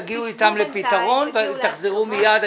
תגיעו אתם לפתרון ותחזרו מיד.